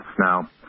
Now